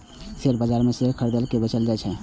share बाजार मे share खरीदल आ बेचल जाइ छै